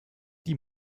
die